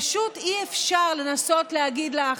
פשוט אי-אפשר לנסות להגיד לך: